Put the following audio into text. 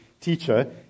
teacher